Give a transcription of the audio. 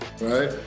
right